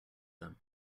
them